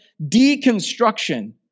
Deconstruction